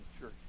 church